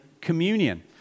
communion